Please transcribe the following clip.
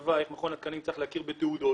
שקבע איך מכון התקנים צריך להכיר בתעודות.